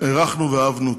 והערכנו ואהבנו אותו.